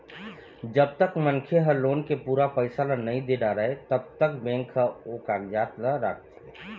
जब तक मनखे ह लोन के पूरा पइसा ल नइ दे डारय तब तक बेंक ह ओ कागजात ल राखथे